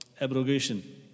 abrogation